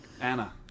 Anna